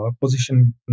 position